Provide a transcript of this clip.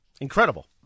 Incredible